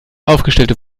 aufgestellte